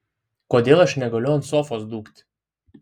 kodėl aš negaliu ant sofos dūkt